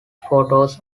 photos